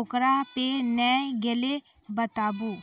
ओकरा पे नैय गेलै बताबू?